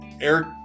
Eric